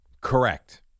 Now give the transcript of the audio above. Correct